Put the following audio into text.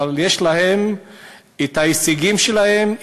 אבל יש להם הישגים משלהם,